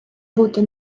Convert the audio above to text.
бути